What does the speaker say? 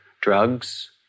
Drugs